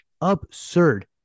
absurd